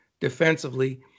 defensively